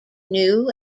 new